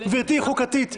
גברתי, היא חוקתית.